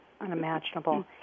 unimaginable